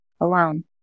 alone